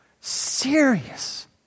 serious